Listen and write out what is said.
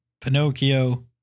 pinocchio